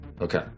Okay